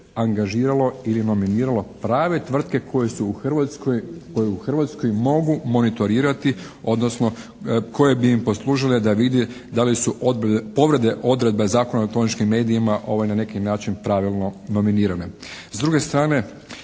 angažiralo ili nominiralo prave tvrtke koje su u Hrvatskoj, koje u Hrvatskoj mogu monitorirati odnosno koje bi im poslužile da vidi da su povrede odredbe Zakona o elektroničkim medijima na neki način pravilno nominirane.